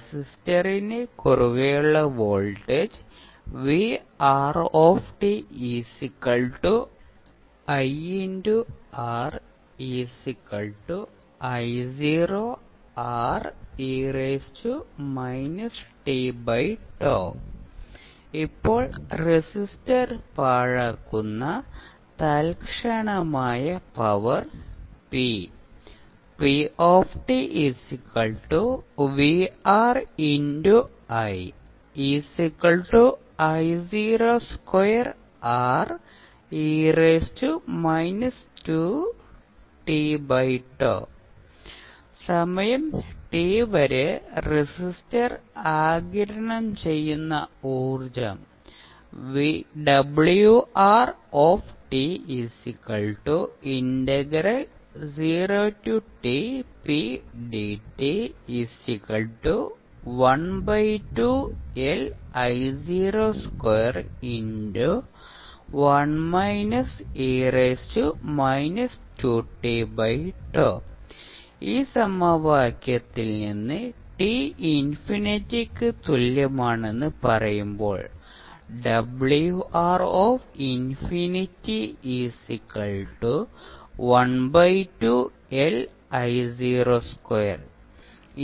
റെസിസ്റ്ററിന് കുറുകെയുള്ള വോൾട്ടേജ് ഇപ്പോൾ റെസിസ്റ്റർ തൽക്ഷണമായ പവർ p സമയം t വരെ റെസിസ്റ്റർ ആഗിരണം ചെയ്യുന്ന ഊർജ്ജം ഈ സമവാക്യത്തിൽ നിന്ന് t ഇൻഫിനിറ്റിക്ക് തുല്യമാണെന്ന് പറയുമ്പോൾ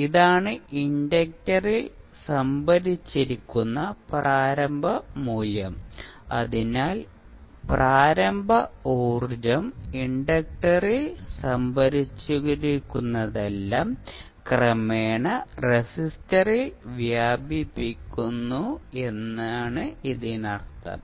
ഇതാണ് ഇൻഡക്റ്ററിൽ സംഭരിച്ചിരിക്കുന്ന പ്രാരംഭ മൂല്യം അതിനാൽ പ്രാരംഭ ഊർജ്ജം ഇൻഡക്ടറിൽ സംഭരിച്ചിരുന്നതെല്ലാം ക്രമേണ റെസിസ്റ്ററിൽ വ്യാപിക്കുന്നു എന്നാണ് ഇതിനർത്ഥം